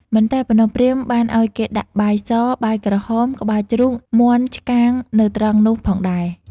មិនតែប៉ុណ្ណោះព្រាហ្មណ៍បានឲ្យគេដាក់បាយស បាយក្រហម ក្បាលជ្រូក មាន់ឆ្កាងនៅត្រង់នោះផងដែរ។